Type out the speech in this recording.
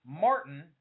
Martin